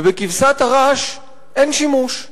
ובכבשת הרש אין שימוש.